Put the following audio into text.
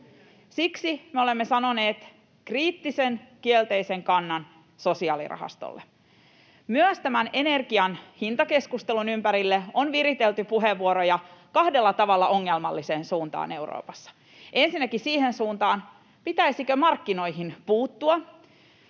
Siksi me olemme sanoneet kriittisen kielteisen kannan sosiaalirahastolle. Myös tämän energian hintakeskustelun ympärille on Euroopassa viritelty puheenvuoroja kahdella tavalla ongelmalliseen suuntaan: ensinnäkin siihen suuntaan, pitäisikö markkinoihin puuttua,